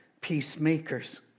peacemakers